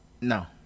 No